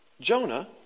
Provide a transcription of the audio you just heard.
Jonah